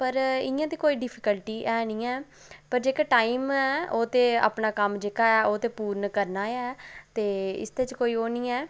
पर इ'यां ते कोई डिफिकल्टी है निं ऐ पर जेह्का टाइम है ओह् ते अपना कम्म जेह्का ऐ ओह् ते पूर्ण करना ऐ ते इसदे च कोई ओह् निं ऐ